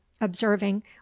observing